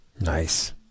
Nice